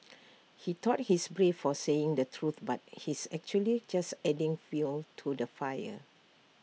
he thought he's brave for saying the truth but he's actually just adding fuel to the fire